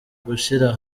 gushyira